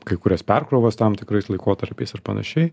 kai kurias perkrovas tam tikrais laikotarpiais ir panašiai